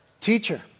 Teacher